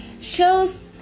shows